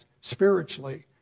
spiritually